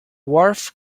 wharf